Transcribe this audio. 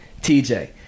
TJ